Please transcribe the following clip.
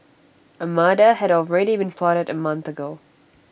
A murder had already been plotted A month ago